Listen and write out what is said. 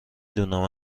دونم